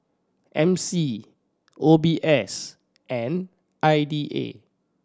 M C O B S and I D A